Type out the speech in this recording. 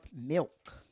milk